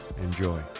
Enjoy